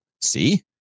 See